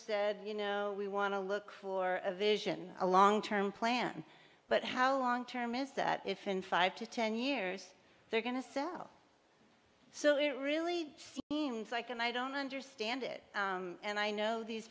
said you know we want to look for a vision a long term plan but how long term is that if in five to ten years they're going to sell so it really seems like and i don't understand it and i know these